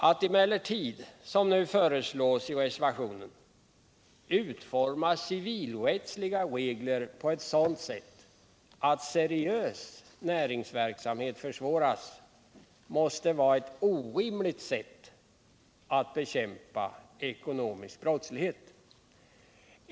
Att emellertid som föreslås i reservationen utforma civilrättsliga regler så att seriös näringsverksamhet försvåras måste vara ett orimligt sätt att bekämpa ekonomisk brottslighet.